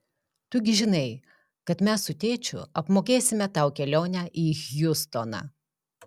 tu gi žinai kad mes su tėčiu apmokėsime tau kelionę į hjustoną